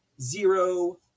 zero